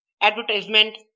advertisement